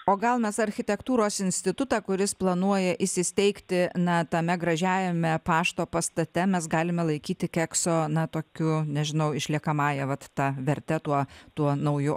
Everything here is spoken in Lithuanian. o gal mes architektūros institutą kuris planuoja įsisteigti na tame gražiajame pašto pastate mes galime laikyti kekso na tokiu nežinau išliekamąja vat ta verte tuo tuo nauju